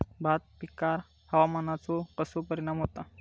भात पिकांर हवामानाचो कसो परिणाम होता?